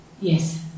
Yes